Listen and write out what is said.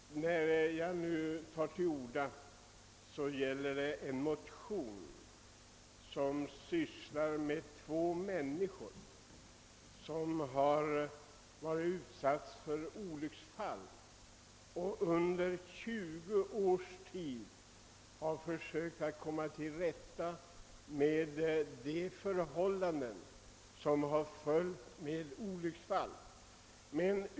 Anledningen till att jag nu tar till orda är att jag vill säga några ord om motion II: 349, som handlar om två människor vilka i 20 år har försökt komma till rätta med följderna av de olycksfall som de för så lång tid sedan råkade ut för.